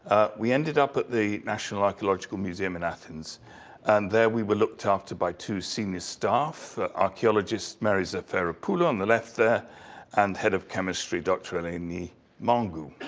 we ended up at the national archeological museum in athens and there we were looked after by two senior staff, archeologists mary zafeiropoulou on the left there and head of chemistry, dr. eleni magou.